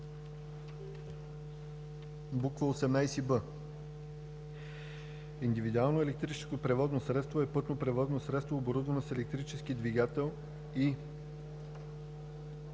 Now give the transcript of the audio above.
18в: „18б. „Индивидуално електрическо превозно средство“ е пътно превозно средство, оборудвано с електрически двигател/и